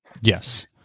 Yes